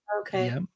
Okay